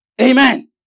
Amen